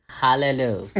hallelujah